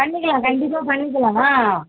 பண்ணிக்கலாம் கண்டிப்பாக பண்ணிக்கலாம் ஆ